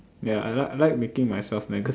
ya I like I like making myself nega~